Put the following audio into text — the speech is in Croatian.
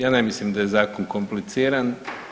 Ja ne mislim da je zakon kompliciran.